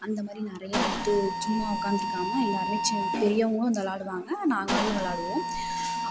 அந்த மாதிரி நிறையா வந்துட்டு சும்மா உக்காந்துருக்காமல் எல்லாேருமே சி பெரியவங்களும் வந்து விளையாடுவாங்க நாங்களும் விளையாடுவோம்